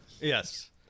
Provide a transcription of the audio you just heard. Yes